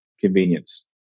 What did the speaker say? Convenience